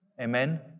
Amen